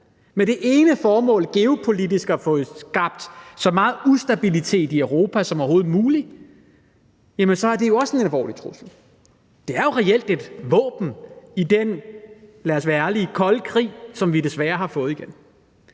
med det ene formål geopolitisk at få skabt så meget ustabilitet i Europa som overhovedet muligt, så er det jo også en alvorlig trussel. Det er jo reelt et våben i den, lad os være ærlige, kolde krig, som vi desværre har fået igen.